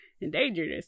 endangered